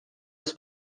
was